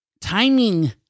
timing